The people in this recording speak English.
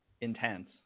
intense